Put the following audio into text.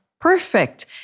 perfect